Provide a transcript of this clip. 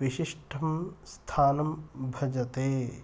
विशिष्टं स्थानं भजते